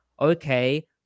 okay